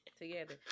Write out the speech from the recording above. together